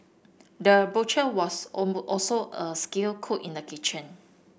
the butcher was also a skilled cook in the kitchen